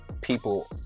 people